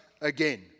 again